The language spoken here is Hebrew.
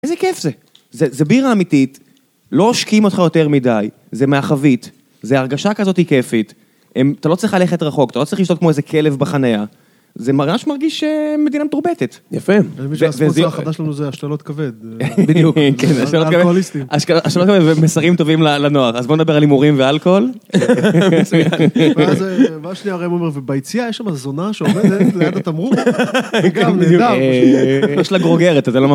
איזה כיף זה, זה בירה אמיתית, לא עושקים אותך יותר מדי, זה מהחבית, זה הרגשה כזאתי כיפית, אתה לא צריך ללכת רחוק, אתה לא צריך לשתות כמו איזה כלב בחניה, זה ממש מרגיש שמדינה מתורבתת. יפה. אני חושב שהספורט החדש שלנו זה השתלות כבד. בדיוק. אלכוהוליסטים. השתלות כבד ומסרים טובים לנוער. אז בוא נדבר על הימורים ואלכוהול. ואז שנייה הרי הוא אומר, וביציאה יש שם הזונה שעומדת ליד התמרור וגם נהדר. יש לה גרוגרת, אתה לא..